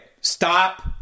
Stop